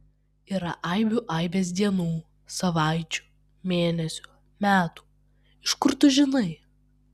yra aibių aibės dienų savaičių mėnesių metų iš kur tu žinai